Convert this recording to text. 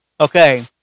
okay